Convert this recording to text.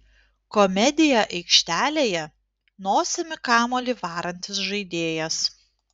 komedija aikštelėje nosimi kamuolį varantis žaidėjas